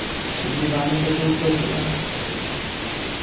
ᱡᱤᱵᱟᱱᱩ ᱫᱚᱠᱚ ᱜᱚᱡᱚᱜᱼᱟ